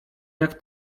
jak